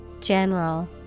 general